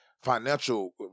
financial